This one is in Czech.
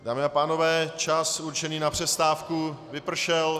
Dámy a pánové, čas určený na přestávku vypršel.